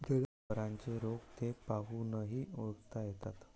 जनावरांचे रोग ते पाहूनही ओळखता येतात